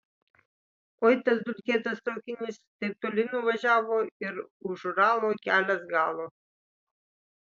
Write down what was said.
oi tas dulkėtas traukinys taip toli nuvažiavo ir už uralo kelias galo